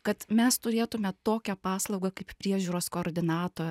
kad mes turėtume tokią paslaugą kaip priežiūros koordinato